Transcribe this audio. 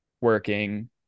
working